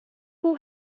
who